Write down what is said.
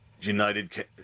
United